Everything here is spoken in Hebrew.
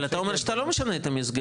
אבל אתה אומר שאתה לא משנה את המסגרת.